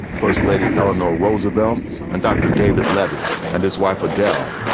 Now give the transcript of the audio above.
first lady eleanor roosevelt and dr. david levy and his wife adele.